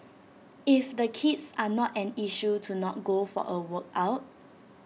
if the kids are an issue to not go for A workout